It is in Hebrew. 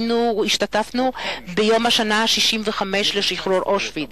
השתתפנו בציון יום השנה ה-65 לשחרור אושוויץ.